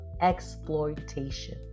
exploitation